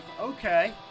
Okay